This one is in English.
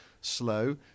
slow